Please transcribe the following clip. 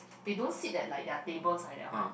they don't sit at like their tables like that one